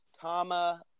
Tama